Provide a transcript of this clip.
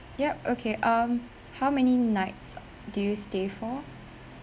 yup okay um how many nights did you stay for